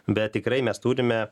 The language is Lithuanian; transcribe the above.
bet tikrai mes turime